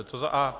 To za a).